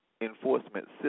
enforcement